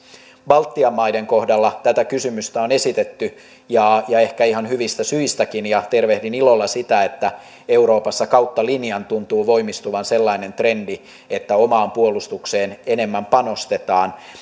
baltian maiden kohdalla tätä kysymystä on esitetty ja ja ehkä ihan hyvistä syistäkin tervehdin ilolla sitä että euroopassa kautta linjan tuntuu voimistuvan sellainen trendi että omaan puolustukseen enemmän panostetaan